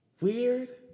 weird